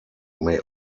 may